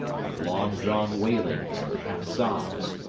with long-drawn wailings and half-sobs,